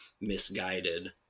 misguided